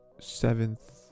seventh